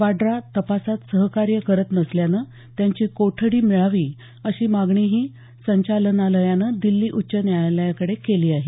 वाड्रा तपासात सहकार्य करत नसल्यानं त्यांची कोठडी मिळावी अशी मागणीही संचालनालयानं दिल्ली उच्च न्यायालयाकडे केली आहे